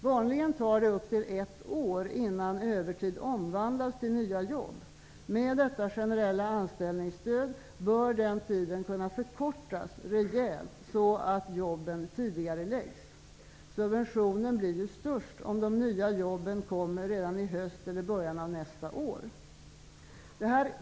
Vanligen tar det upp till ett år innan övertid omvandlas till nya jobb -- med detta generella anställningsstöd bör den tiden kunna förkortas rejält så att jobben tidigareläggs. Subventionen blir ju störst om de nya jobben kommer redan i höst eller i början av nästa år.